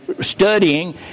studying